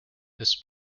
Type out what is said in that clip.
his